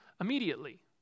immediately